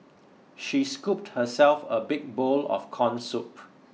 she scooped herself a big bowl of corn soup